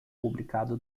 publicado